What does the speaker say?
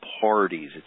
parties